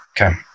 Okay